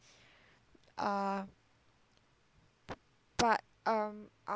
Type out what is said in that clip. uh but um I'll